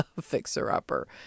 fixer-upper